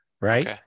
right